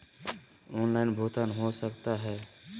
Online भुगतान हो सकता है?